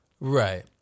Right